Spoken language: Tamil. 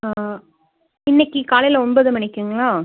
ஆ இன்னைக்கு காலையில் ஒன்பது மணிக்கிங்களா